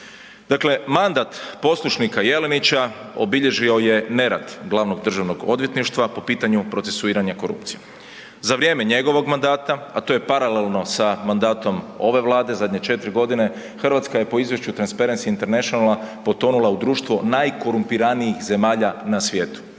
Dakle mandat poslušnika Jelenića obilježio je nerad glavnog državnog odvjetništva po pitanju procesuiranja korupcije. Za vrijeme njegovog mandata, a to je paralelno sa mandatom ove Vlade zadnje četiri godine, Hrvatska je po izvješću Transparency Interantionala potonula u društvo najkorumpiranijih zemalja na svijetu.